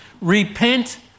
Repent